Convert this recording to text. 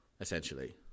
essentially